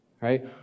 right